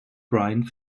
bryan